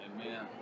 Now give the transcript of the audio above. Amen